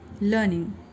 learning